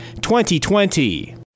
2020